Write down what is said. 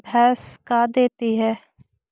भैंस का देती है?